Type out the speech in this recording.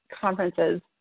conferences